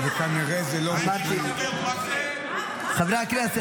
הצלחת לפטר את שר הביטחון של